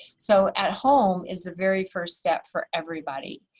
so at home is the very first step for everybody.